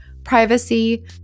Privacy